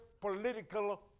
political